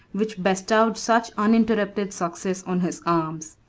which bestowed such uninterrupted success on his arms.